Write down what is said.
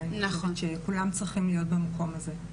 אני חושבת שכולם צריכים להיות במקום הזה.